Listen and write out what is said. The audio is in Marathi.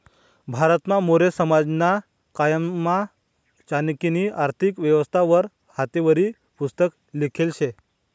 भारतमा मौर्य साम्राज्यना कायमा चाणक्यनी आर्थिक व्यवस्था वर हातेवरी पुस्तक लिखेल शे